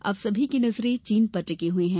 अब सभी की नजरें चीन पर टिकी हुई हैं